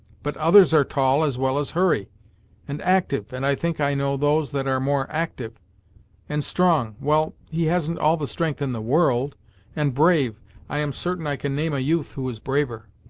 but others are tall, as well as hurry and active and i think i know those that are more active and strong well, he hasn't all the strength in the world and brave i am certain i can name a youth who is braver!